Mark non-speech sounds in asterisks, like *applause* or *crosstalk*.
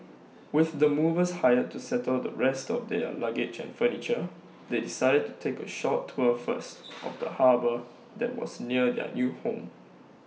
with the movers hired to settle the rest of their luggage and furniture they decided to take A short tour first *noise* of the harbour that was near their new home